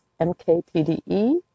MKPDE